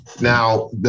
now